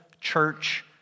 church